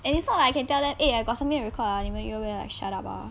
and it's not like I can tell them eh I got something to record ah 你们 shut up ah